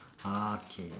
ah K